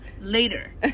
later